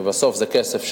ובסוף זה כסף,